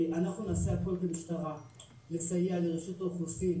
אנחנו נעשה הכל כמשטרה לסייע לרשות האוכלוסין,